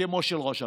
כמו של ראש הממשלה.